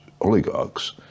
oligarchs